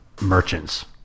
merchants